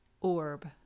orb